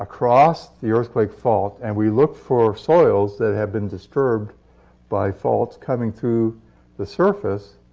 across the earthquake fault, and we look for soils that have been disturbed by faults coming through the surface.